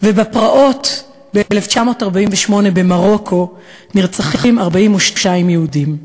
ובפרעות ב-1948 במרוקו נרצחים 42 יהודים.